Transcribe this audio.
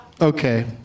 Okay